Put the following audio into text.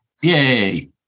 Yay